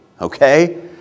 okay